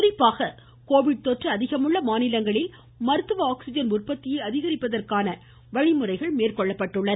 குறிப்பாக கோவிட் தொற்று அதிகமுள்ள மாநிலங்களில் மருத்துவ ஆக்சிஜன் உற்பத்தியை அதிகரிப்பதற்கான நடைமுறைகள் மேற்கொள்ளப்பட்டுள்ளன